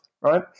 right